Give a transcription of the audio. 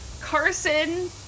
Carson